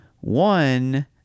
one